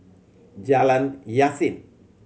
Jalan Yasin